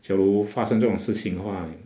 假如发生这种事情的话